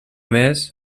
més